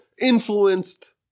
influenced